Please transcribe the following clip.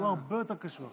הוא הרבה יותר קשוח.